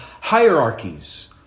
hierarchies